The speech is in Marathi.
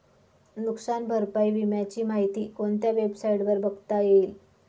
नुकसान भरपाई विम्याची माहिती कोणत्या वेबसाईटवर बघता येईल?